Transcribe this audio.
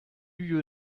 you